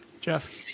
Jeff